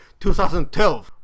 2012